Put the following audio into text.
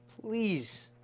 Please